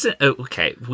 okay